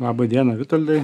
laba diena vitoldai